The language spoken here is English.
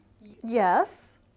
Yes